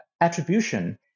attribution